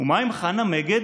ומה עם חנה מגד,